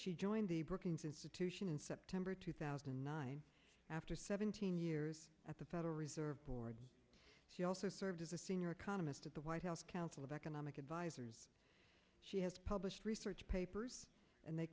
she joined the brookings institution in september two thousand and nine after seventeen years at the federal reserve board she also served as a senior economist at the white house council of economic advisors she has published research papers and they